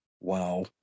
Wow